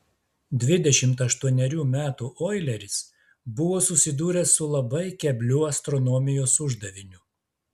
dvidešimt aštuonerių metų oileris buvo susidūręs su labai kebliu astronomijos uždaviniu